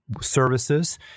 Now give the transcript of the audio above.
services